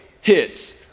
hits